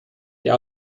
der